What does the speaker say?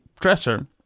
dresser